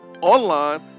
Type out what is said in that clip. online